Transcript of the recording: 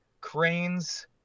cranes